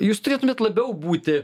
jūs turėtumėt labiau būti